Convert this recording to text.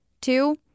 Two